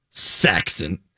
Saxon